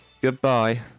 Goodbye